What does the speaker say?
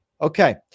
Okay